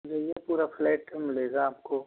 भैया पूरा फ्लैट मिलेगा आपको